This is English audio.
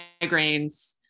migraines